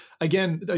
again